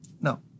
No